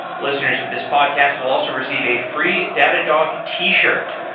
listeners of this podcast will also receive a free datadog t-shirt.